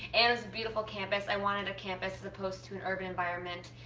and it's a beautiful campus. i wanted a campus as opposed to an urban environment,